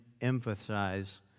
emphasize